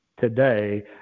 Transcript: today